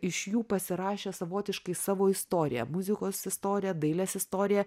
iš jų pasirašė savotiškai savo istoriją muzikos istoriją dailės istoriją